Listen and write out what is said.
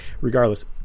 Regardless